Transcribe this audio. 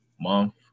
month